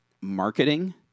marketing